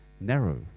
narrow